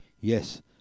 Yes